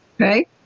Okay